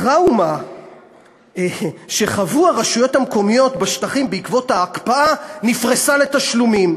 ה-טראומה שחוו הרשויות המקומיות בשטחים בעקבות ההקפאה נפרסה לתשלומים,